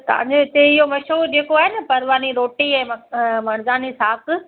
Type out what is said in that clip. तव्हांजे हिते इहो मशहूरु जेको आहे परिवानी रोटी ऐं मक मर्दानी शाकु